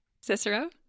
Cicero